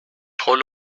trop